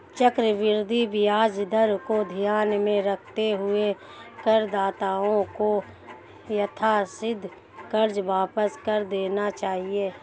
चक्रवृद्धि ब्याज दर को ध्यान में रखते हुए करदाताओं को यथाशीघ्र कर्ज वापस कर देना चाहिए